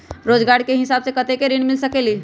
रोजगार के हिसाब से कतेक ऋण मिल सकेलि?